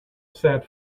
sat